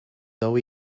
though